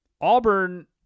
Auburn